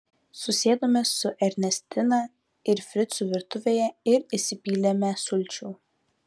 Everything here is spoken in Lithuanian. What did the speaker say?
susėdome su ernestina ir fricu virtuvėje ir įsipylėme sulčių